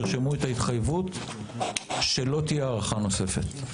תרשמו את ההתחייבות שלא תהיה הארכה נוספת.